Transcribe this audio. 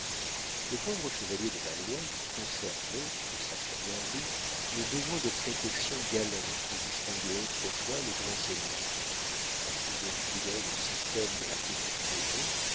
le pauvre chevalier de valois conservait de sa première vie le besoin de protection galante qui distinguait autrefois le grand seigneur toujours fidèle au système de la petite maison